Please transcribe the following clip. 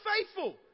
faithful